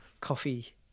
coffee